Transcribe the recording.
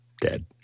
dead